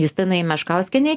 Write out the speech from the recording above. justinai meškauskienei